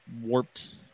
warped